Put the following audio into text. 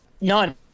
None